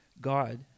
God